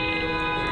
תודה רבה, כמה זה לא